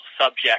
subject